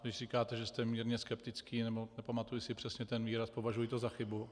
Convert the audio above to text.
Když říkáte, že jste mírně skeptický, nebo nepamatuji si přesně ten výraz, považuji to za chybu.